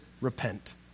Repent